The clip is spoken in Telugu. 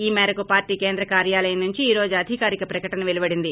ఈ మేరకు పార్టీ కేంద్ర కార్యాలయం నుంచి ఈ రోజు అధికారిక ప్రకటన వెలువడింది